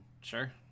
sure